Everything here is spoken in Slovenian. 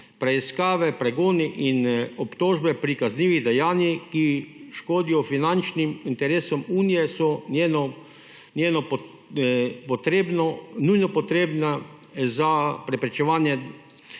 Preiskave, pregoni in obtožbe pri kaznivih dejanjih, ki škodijo finančnim interesom Unije so njeno nujno potrebna za preprečevanje